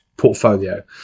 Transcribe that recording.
portfolio